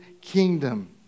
kingdom